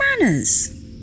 Manners